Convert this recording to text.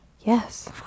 yes